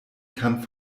kann